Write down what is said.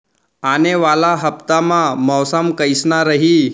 आने वाला हफ्ता मा मौसम कइसना रही?